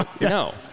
No